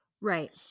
Right